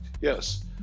yes